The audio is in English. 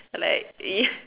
like ya